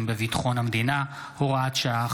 בביטחון המדינה (הוראת שעה,